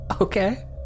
Okay